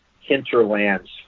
hinterlands